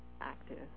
active